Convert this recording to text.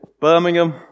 Birmingham